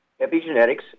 Epigenetics